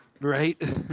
Right